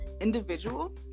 individual